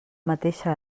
mateixa